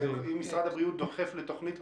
אבל אם משרד הבריאות דוחף לתוכנית כזאת,